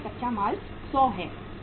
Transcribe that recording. कच्चा माल 100 है